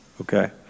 Okay